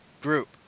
group